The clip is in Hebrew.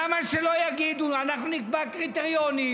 למה שלא יגידו שאנחנו נקבע קריטריונים,